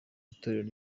itorero